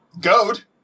Goat